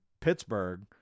Pittsburgh